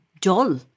dull